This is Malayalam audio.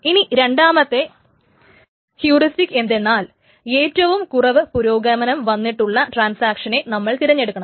ഇനി രണ്ടാമത്തെ ഹ്യൂറിസ്റ്റിക്സ് എന്തെന്നാൽ ഏറ്റവും കുറവ് പുരോഗമനം വന്നിട്ടുള്ള ട്രാൻസാക്ഷനെ നമ്മൾ തിരഞ്ഞെടുക്കണം